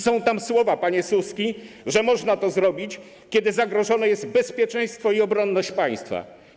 Są tam słowa, panie Suski, że można to zrobić, kiedy zagrożone są bezpieczeństwo i obronność państwa.